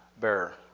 bearer